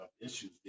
issues